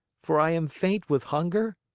for i am faint with hunger?